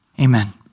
Amen